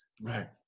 Right